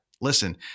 listen